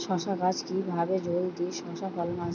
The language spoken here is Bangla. শশা গাছে কিভাবে জলদি শশা ফলন আসবে?